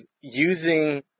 using